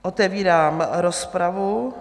Otevírám rozpravu.